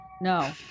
No